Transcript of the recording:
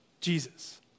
Jesus